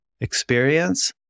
experience